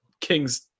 King's